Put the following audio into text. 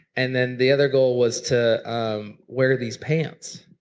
and then the other goal was to um wear these pants.